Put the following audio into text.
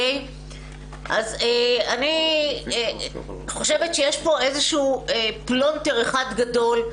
אני חושבת שיש פה איזשהו פלונטר אחד גדול.